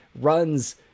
runs